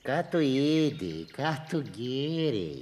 ką tu ėdei ką tu gėrei